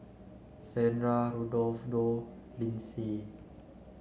Shandra Rodolfo Linsey